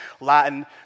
Latin